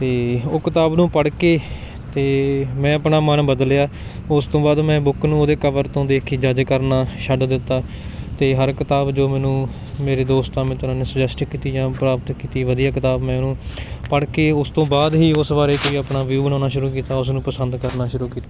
ਅਤੇ ਓਹ ਕਿਤਾਬ ਨੂੰ ਪੜ੍ਹ ਕੇ ਅਤੇ ਮੈਂ ਆਪਣਾ ਮਨ ਬਦਲਿਆ ਓਸ ਤੋਂ ਬਾਅਦ ਮੈਂ ਬੁੱਕ ਨੂੰ ਓਹਦੇ ਕਵਰ ਤੋਂ ਦੇਖ ਕੇ ਜੱਜ ਕਰਨਾ ਛੱਡ ਦਿੱਤਾ ਅਤੇ ਹਰ ਕਿਤਾਬ ਜੋ ਮੈਨੂੰ ਮੇਰੇ ਦੋਸਤਾਂ ਮਿੱਤਰਾਂ ਨੇ ਸੁਜੈਸਟ ਕੀਤੀ ਜਾਂ ਪ੍ਰਾਪਤ ਕੀਤੀ ਵਧੀਆ ਕਿਤਾਬ ਮੈਂ ਓਹਨੂੰ ਪੜ੍ਹ ਕੇ ਓਸ ਤੋਂ ਬਾਅਦ ਹੀ ਓਸ ਵਾਰੇ ਆਪਣਾ ਵਿਊ ਬਣਾਉਣਾ ਸ਼ੁਰੂ ਕੀਤਾ ਉਸ ਨੂੰ ਪਸੰਦ ਕਰਨਾ ਸ਼ੁਰੂ ਕੀਤਾ